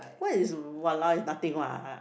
what is !walao! is nothing what